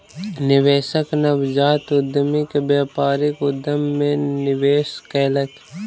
निवेशक नवजात उद्यमी के व्यापारिक उद्यम मे निवेश कयलक